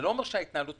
זה לא אומר שהיא נעלמת.